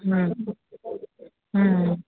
ହୁଁ ହୁଁ